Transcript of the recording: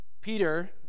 Peter